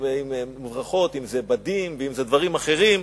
אם בדים ואם דברים אחרים,